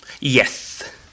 Yes